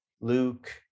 luke